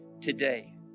today